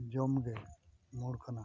ᱡᱚᱢ ᱜᱮ ᱢᱩᱲ ᱠᱟᱱᱟ